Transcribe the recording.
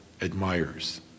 admires